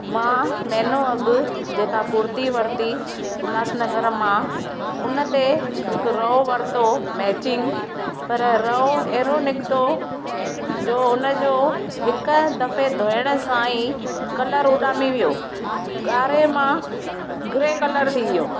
मां महिनो अॻु जेका कुर्ती वर्ती उल्हासनगर मां उन ते हिकु रओ वर्तो मैचिंग पर रओ अहिड़ो निकितो जो उनजो हिकु दफ़े धोइण सां ई कलरु उॾामी वियो ॻाढ़े मां ग्रे कलर थी वियो